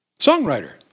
songwriter